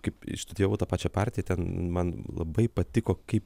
kaip išstudijavau tą pačią partiją ten man labai patiko kaip